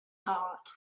heart